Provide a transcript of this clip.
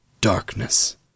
darkness